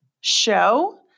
show